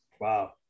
wow